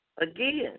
again